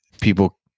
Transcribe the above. people